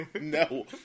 No